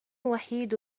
وحيد